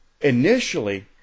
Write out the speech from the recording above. initially